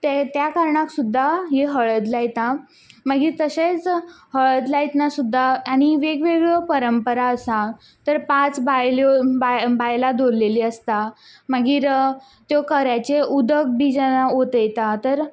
ते त्या कारणाक सुद्दां ही हळद लायता मागीर तशेंच हळद लायतना सुद्दां आनी वेगवेगळ्यो परंपरा आसा तर पांच बायल्यो बायलां दवरलेली आसता मागीर त्यो कराचे उदक बी ओतयतात तर